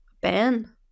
Ben